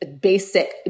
basic